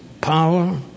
power